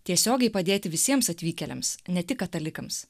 tiesiogiai padėti visiems atvykėliams ne tik katalikams